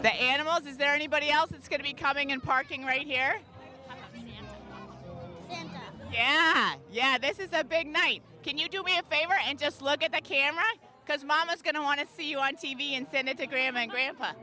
the animals is there anybody else that's going to be coming in parking right here and yeah yeah this is a big night can you do me a favor and just look at the camera because mama's going to want to see you on t v and send it to grandma and grandpa